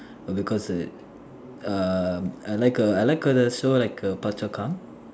because err I like a I like a show like a Phua-Chu-Kang